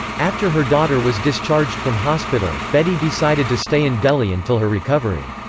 after her daughter was discharged from hospital, bedi decided to stay in delhi until her recovery.